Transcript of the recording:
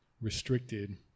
restricted